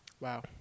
wow